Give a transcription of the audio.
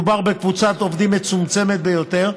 מדובר בקבוצת עובדים מצומצמת ביותר,